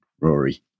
Rory